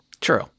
True